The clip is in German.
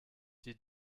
die